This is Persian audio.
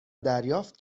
دریافت